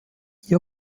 hier